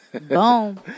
Boom